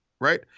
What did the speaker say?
right